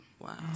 Wow